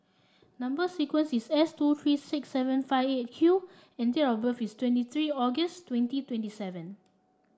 number sequence is S two three six seven five Eight Q and date of birth is twenty three August twenty twenty seven